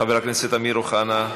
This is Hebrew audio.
חבר הכנסת אמיר אוחנה,